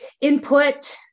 input